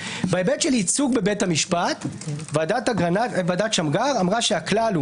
בהיבט של ייצוג בבית המשפט ועדת שמגר אמרה שהכלל הוא